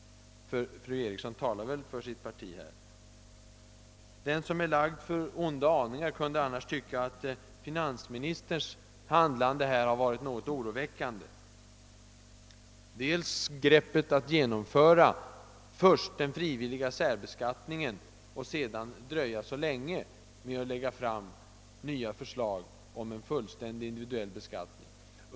Fru Eriksson talar väl för sitt parti? Den som är lagd för onda aningar kunde annars tycka att finansministerns handlande i detta sammanhang har varit oroväckande, då han först genomfört den frivilliga särbeskattningen och sedan dröjt så länge med att lägga fram nya förslag om en fullständig individuell beskattning.